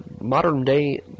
modern-day